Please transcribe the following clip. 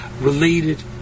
related